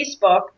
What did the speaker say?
Facebook